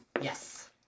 Yes